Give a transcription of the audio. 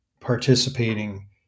participating